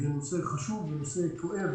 זה נושא חשוב, זה נושא כואב